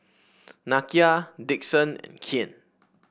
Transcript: Nakia Dixon and Kian